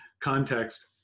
context